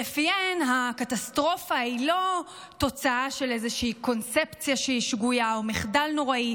ולפיהן הקטסטרופה היא לא תוצאה של איזושהי קונספציה שגויה או מחדל נוראי